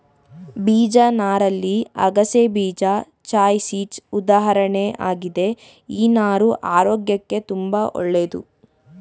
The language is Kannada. ಬೀಜ ನಾರಲ್ಲಿ ಅಗಸೆಬೀಜ ಚಿಯಾಸೀಡ್ಸ್ ಉದಾಹರಣೆ ಆಗಿದೆ ಈ ನಾರು ಆರೋಗ್ಯಕ್ಕೆ ತುಂಬಾ ಒಳ್ಳೇದು